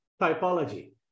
typology